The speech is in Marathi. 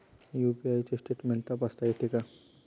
यु.पी.आय चे स्टेटमेंट तपासता येते का?